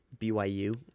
BYU